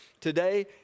today